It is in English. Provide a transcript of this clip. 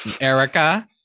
Erica